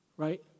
Right